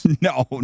No